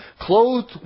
clothed